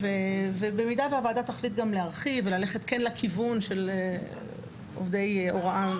ובמידה והוועדה תחליט גם להרחיב וללכת כן לכיוון של עובדי הוראה,